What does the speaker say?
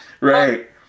Right